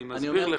אני מסביר לך.